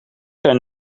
zijn